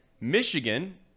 Michigan